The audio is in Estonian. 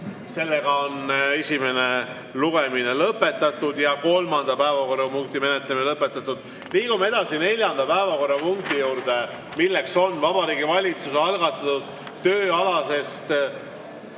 kell 17.15. Esimene lugemine on lõpetatud ja kolmanda päevakorrapunkti menetlemine samuti. Liigume edasi neljanda päevakorrapunkti juurde, milleks on Vabariigi Valitsuse algatatud tööalasest